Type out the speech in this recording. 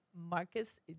Marcus